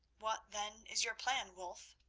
what, then, is your plan, wulf?